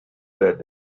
that